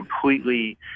Completely